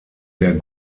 der